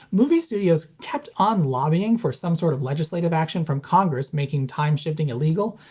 movie studios kept on lobbying for some sort of legislative action from congress making time-shifting illegal,